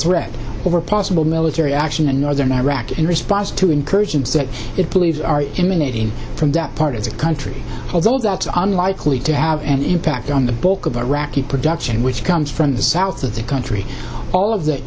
threat over possible military action in northern iraq in response to incursions that it believes are immunity from that part of the country holdouts on likely to have an impact on the bulk of iraqi production which comes from the south of the country all of that